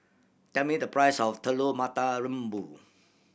tell me the price of Telur Mata Lembu